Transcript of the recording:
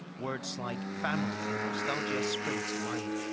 words like family and nostalgia spring to mind.